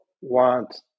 want